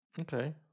Okay